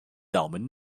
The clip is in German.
daumen